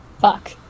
Fuck